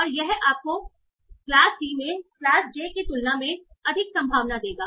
और यह आपको क्लास c में क्लास j की तुलना में अधिक संभावना देगा